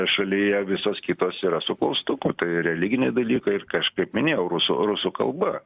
šalyje visos kitos yra su klaustuku tai religiniai dalykai ir aš kaip minėjau rusų rusų kalba